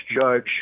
judge